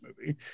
movie